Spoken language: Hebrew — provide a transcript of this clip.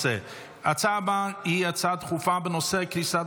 ההצעה הבאה היא הצעה דחופה בנושא: קריסת